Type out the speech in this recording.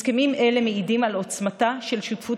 הסכמים אלה מעידים על עוצמתה של שותפות